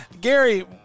Gary